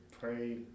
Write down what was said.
pray